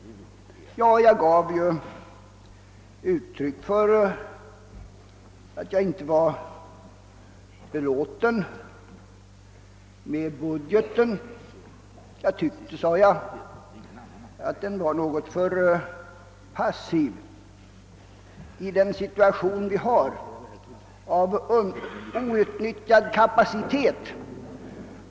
Jag gav uttryck för att jag inte var belåten med budgeten. Jag sade att den var något för passiv i den nuvarande situationen med outnyttjad kapacitet.